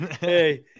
Hey